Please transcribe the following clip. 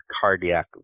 cardiac